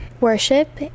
worship